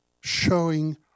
showing